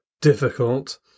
difficult